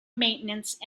maintenance